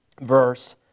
verse